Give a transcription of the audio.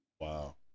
wow